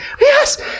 Yes